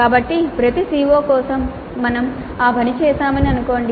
కాబట్టి ప్రతి CO కోసం మేము ఆ పని చేశామని అనుకోండి